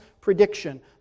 prediction